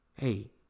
Hey